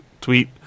tweet